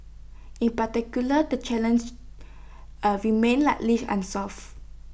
in particular the challenge are remains largely unsolved